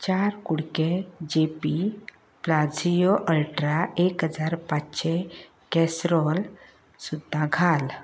चार कुडके जे पी प्राचिओ अल्ट्रा एक हजार पांचशें कॅशरॉल सुद्दा घाल